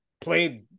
played